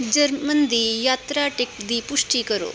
German ਦੀ ਯਾਤਰਾ ticket ਦੀ ਪੁਸ਼ਟੀ ਕਰੋ